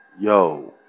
Yo